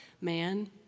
man